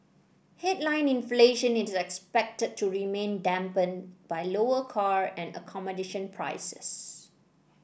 headline inflation is expected to remain dampened by lower car and accommodation prices